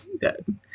good